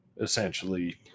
essentially